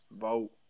Vote